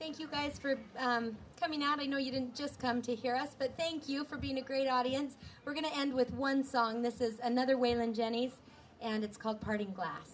thank you guys for coming out i know you didn't just come to hear us but thank you for being a great audience we're going to end with one song this is another women jenny and it's called party glass